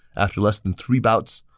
after less than three bouts,